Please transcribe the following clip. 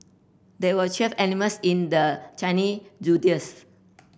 there were twelve animals in the Chinese Zodiacs